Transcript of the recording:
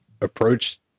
approach